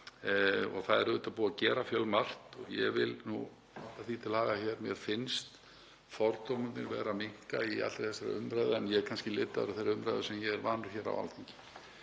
Það er auðvitað búið að gera fjölmargt. Ég vil nú því til haga að mér finnast fordómarnir vera að minnka í allri þessari umræðu en ég er kannski litaður af þeirri umræðu sem ég er vanur hér á Alþingi